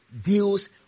deals